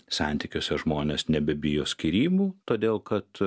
santykiuose žmonės nebebijo skyrybų todėl kad